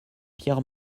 pierre